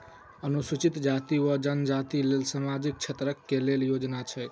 अनुसूचित जाति वा जनजाति लेल सामाजिक क्षेत्रक केँ योजना छैक?